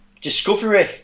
discovery